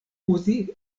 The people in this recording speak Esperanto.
uzi